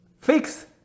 fix